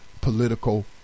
Political